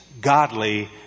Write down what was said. godly